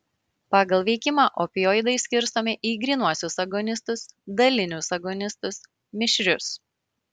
pagal veikimą opioidai skirstomi į grynuosius agonistus dalinius agonistus mišrius